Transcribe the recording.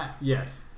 Yes